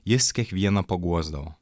jis kiekvieną paguosdavo